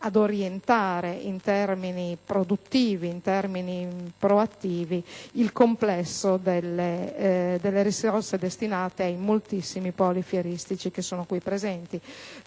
ad orientare in termini produttivi e proattivi il complesso delle risorse destinate ai moltissimi poli fieristici presenti.